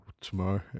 tomorrow